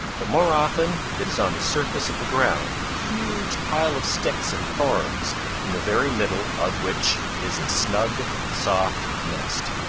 but more often it is on the surface of the ground a huge pile of sticks and thorns in the very middle of which is his snug, soft nest.